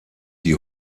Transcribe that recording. die